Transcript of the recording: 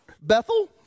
Bethel